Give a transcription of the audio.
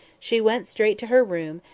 she went straight to her room,